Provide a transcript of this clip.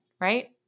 right